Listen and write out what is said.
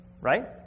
right